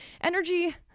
energy